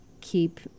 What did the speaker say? keep